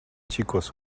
chicos